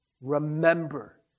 Remember